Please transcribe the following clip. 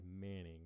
Manning